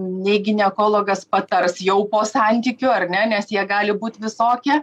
nei ginekologas patars jau po santykių ar ne nes jie gali būt visokie